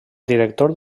director